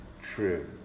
true